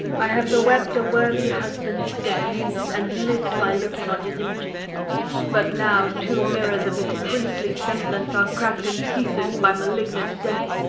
i have bewept a worthy husband's death, and liv'd by looking on his images but now two mirrors of his princely semblance are crack'd in pieces by malignant death,